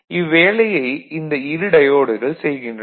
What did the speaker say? இவ்வேலையை இந்த இரு டயோடுகள் செய்கின்றன